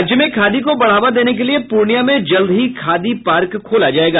राज्य में खादी को बढ़ावा देने के लिए पूर्णिया में जल्द ही खादी पार्क खोला जायेगा